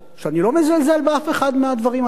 ואני לא מזלזל באף אחד מהדברים הללו,